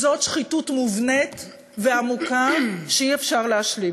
זאת שחיתות מובנית ועמוקה שאי-אפשר להשלים